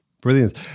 Brilliant